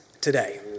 today